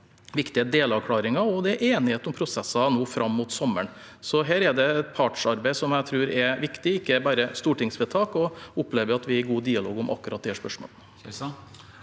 viktige delavklaringer, og det er enighet om prosesser nå fram mot sommeren. Så her er det et partssamarbeid som jeg tror er viktig, ikke bare stortingsvedtak, og jeg opplever at vi er i god dialog om akkurat det spørsmålet.